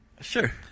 Sure